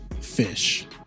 fish